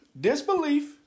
disbelief